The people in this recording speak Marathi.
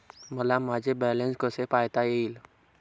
मला माझे बॅलन्स कसे पाहता येईल?